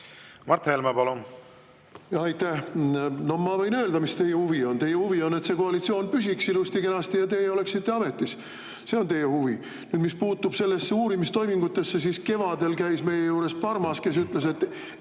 ma ei tea … Aitäh! Ma võin öelda, mis teie huvi on. Teie huvi on, et see koalitsioon püsiks ilusti-kenasti ja teie oleksite ametis. See on teie huvi. Nüüd, mis puutub uurimistoimingutesse, siis kevadel käis meie juures Parmas, kes ütles, et